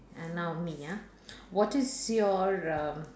and now me ah what is your um